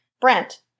Brent